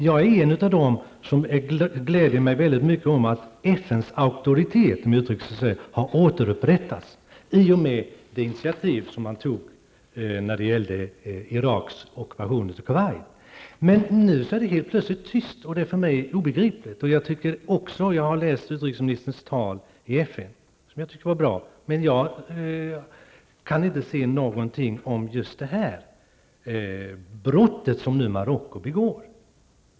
Jag är en av dem som gläder sig mycket åt att FNs auktoritet har återupprättats, om uttrycket tillåts, i och med det initiativ som man tog när det gällde Iraks ockupation av Kuwait. Men nu är det helt plötsligt tyst, och det är obegripligt för mig. Jag har läst utrikesministerns tal i FN, som jag tyckte var bra, men jag har där inte kunnat finna någonting om just det här brottet, som Marocko nu begår.